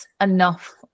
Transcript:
enough